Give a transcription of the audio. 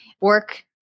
work